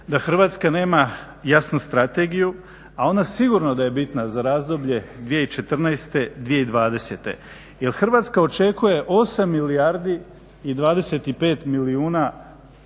da Hrvatska nema jasnu strategiju, a ona sigurno da je bitna za razdoblje 2014.- 2020. jer Hrvatska očekuje 8 milijardi i 25 milijuna